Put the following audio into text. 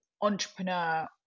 entrepreneur